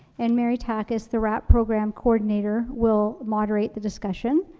and mary takacs, the rapp program coordinator, will moderate the discussion.